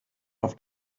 auf